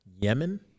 Yemen